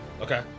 Okay